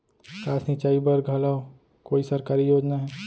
का सिंचाई बर घलो कोई सरकारी योजना हे?